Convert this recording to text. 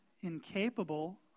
incapable